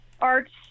arts